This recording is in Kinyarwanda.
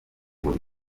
ngo